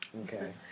Okay